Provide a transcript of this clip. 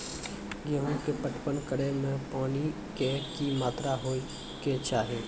गेहूँ के पटवन करै मे पानी के कि मात्रा होय केचाही?